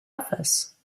office